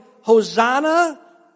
Hosanna